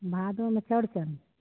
भादोमे चौड़चन